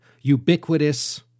ubiquitous